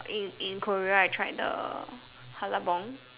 in in Korea I tried the hallabong